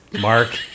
Mark